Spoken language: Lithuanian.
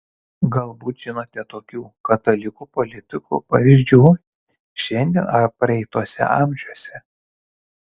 galbūt žinote tokių katalikų politikų pavyzdžių šiandien ar praeituose amžiuose